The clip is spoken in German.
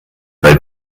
bei